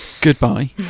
Goodbye